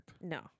No